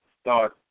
start